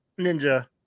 Ninja